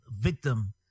victim